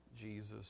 Jesus